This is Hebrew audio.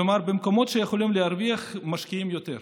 כלומר, במקומות שיכולים להרוויח, משקיעים יותר.